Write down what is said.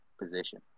position